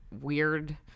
weird